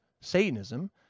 Satanism